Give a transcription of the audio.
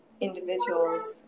individuals